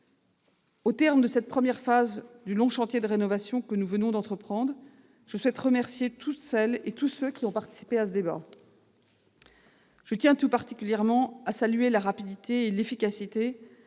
Au terme de cette première phase du long chantier de rénovation que nous venons d'entreprendre, je souhaite remercier celles et ceux qui ont participé au débat. Je tiens tout particulièrement à saluer la rapidité et l'efficacité